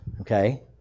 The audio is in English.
Okay